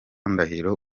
ndahiro